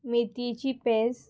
मेथीची पेज